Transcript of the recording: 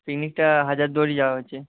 পিকনিকটা হাজারদুয়ারি যাওয়া হচ্ছে